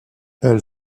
elle